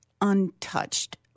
untouched